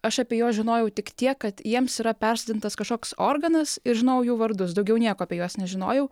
aš apie juos žinojau tik tiek kad jiems yra persodintas kažkoks organas ir žinojau jų vardus daugiau nieko apie juos nežinojau